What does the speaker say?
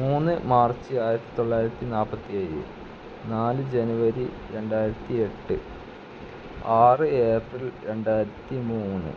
മൂന്ന് മാര്ച്ച് ആയിരത്തി തൊള്ളായിരത്തി നാപ്പത്തി ഏഴ് നാല് ജനുവരി രണ്ടായിരത്തി എട്ട് ആറ് ഏപ്രില് രണ്ടായിരത്തി മൂന്ന്